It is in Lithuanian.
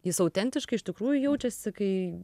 jis autentiškai iš tikrųjų jaučiasi kai